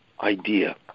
idea